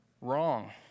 Wrong